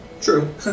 True